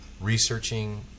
researching